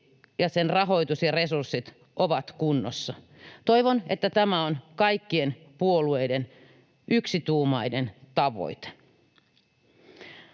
ja sen rahoitus ja resurssit ovat kunnossa. Toivon, että tämä on kaikkien puolueiden yksituumainen tavoite.